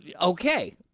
Okay